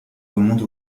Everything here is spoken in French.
remonte